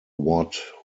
watt